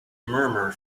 murmur